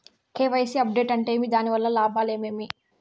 KYC update అంటే ఏమి? దాని లాభాలు ఏమేమి?